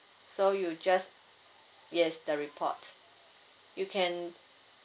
so you'll just yes the report you can